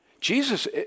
Jesus